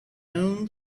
own